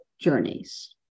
journeys